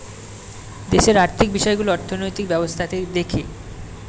দেশের আর্থিক বিষয়গুলো অর্থনৈতিক ব্যবস্থাকে দেখে